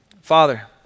Father